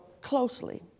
closely